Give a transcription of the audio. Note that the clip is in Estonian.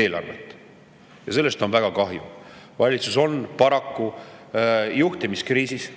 eelarvet. Ja sellest on väga kahju. Valitsus on paraku juhtimiskriisis.